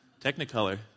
Technicolor